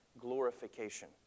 glorification